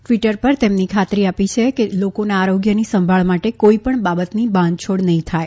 Twitter પર તેમણે ખાતરી આપી છે કે લોકોના આરોગ્યની સંભાળ માટે કોઇપણ બાબતની બાંધછોડ નહી થાય